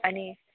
आणि